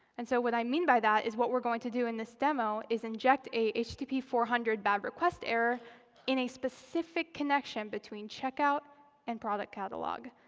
and so what i mean by that is what we're going to do in this demo is inject a http four hundred bad request error in a specific connection between checkout and product catalog.